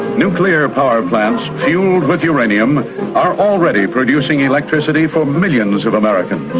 nuclear power plants fuelled with uranium are already producing electricity for millions of americans,